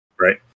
right